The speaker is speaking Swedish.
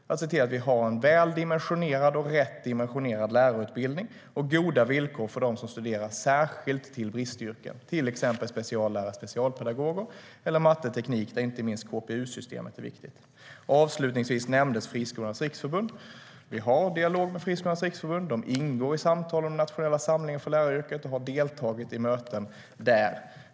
Vi måste se till att vi har en väl och rätt dimensionerad lärarutbildning och goda villkor, särskilt för dem som studerar till bristyrken - till exempel speciallärare och specialpedagoger eller matte och teknik, där inte minst KPU-systemet är viktigt. Avslutningsvis nämndes Friskolornas riksförbund. Vi har en dialog med Friskolornas riksförbund, och de ingår i samtalen i den nationella samlingen för läraryrket. De har deltagit i möten där.